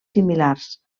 similars